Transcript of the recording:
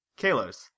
Kalos